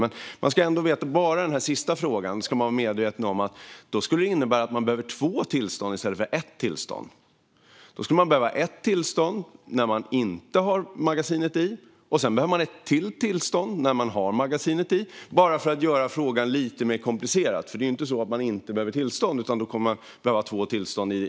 Bara för att göra den sista frågan lite mer komplicerad ska man vara medveten om att det skulle innebära två tillstånd i stället för ett: ett tillstånd när man inte har magasinet i och ett tillstånd när man har magasinet i. Det är alltså inte så att man inte behöver något tillstånd alls, utan i en sådan väg framåt kommer man att behöva två tillstånd.